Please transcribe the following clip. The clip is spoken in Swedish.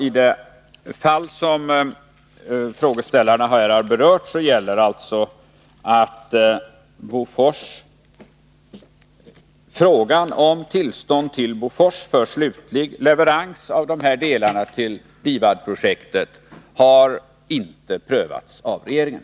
I det fall som frågeställarna har berört är det alltså så att frågan om tillstånd till Bofors för slutlig leverans av delarna till DIVAD-projektet inte har prövats av regeringen.